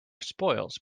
spoils